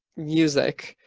music.